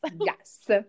Yes